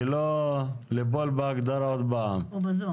בזום.